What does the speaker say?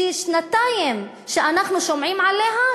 ששנתיים אנחנו שומעים עליה,